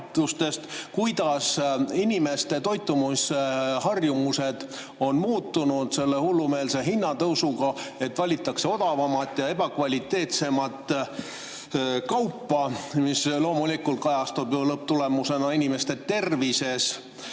kuidas inimeste toitumisharjumused on muutunud selle hullumeelse hinnatõusu tõttu. Valitakse odavamat ja ebakvaliteetsemat kaupa, mis loomulikult kajastub lõpptulemusena inimeste tervises.